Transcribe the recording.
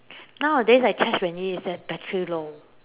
nowadays I charge when it is at battery low